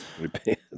Repent